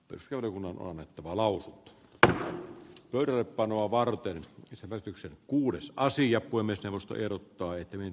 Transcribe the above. perusteluna on että maalaus tä mörö panoa varten ystävät yksi kuudes aasi ja voimistelusta erottaa etyjin